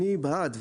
אני בעד,